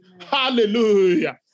Hallelujah